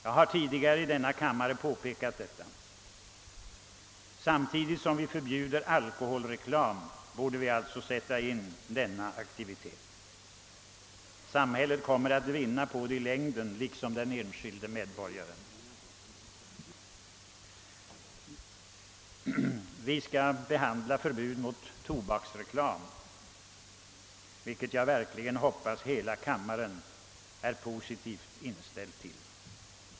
Jag har tidigare i denna kammare påpekat detta. Samtidigt som vi förbjuder alkoholreklamen borde vi sätta in denna aktivitet. Samhället liksom den enskilde medborgaren kommer i längden att vinna härpå. Vi skall snart behandla frågan om förbud mot tobaksreklam, ett förslag som jag verkligen hoppas att hela kammaren är positivt inställd till.